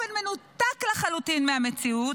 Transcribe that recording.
באופן מנותק לחלוטין מהמציאות,